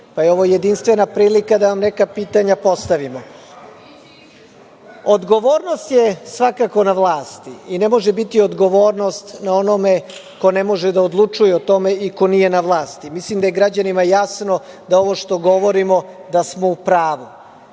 pa je ovo jedinstvena prilika da vam neka pitanja postavimo. Odgovornost je svakako na vlasti i ne može biti odgovornost na onome ko ne može da odlučuje o tome i ko nije na vlasti. Mislim da je građanima jasno da ovo što govorimo, da smo u pravu. Vi